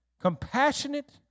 compassionate